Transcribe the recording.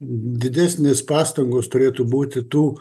didesnės pastangos turėtų būti tų